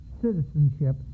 citizenship